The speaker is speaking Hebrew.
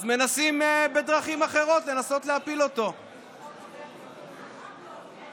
אז מנסים להפיל אותו בדרכים אחרות לנסות.